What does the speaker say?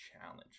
challenge